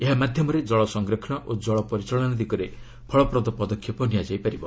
ଏହା ମାଧ୍ୟମରେ ଜଳ ସଂରକ୍ଷଣ ଓ ଜଳ ପରିଚାଳନା ଦିଗରେ ଫଳପ୍ରଦ ପଦକ୍ଷେପ ନିଆଯାଇପାରିବ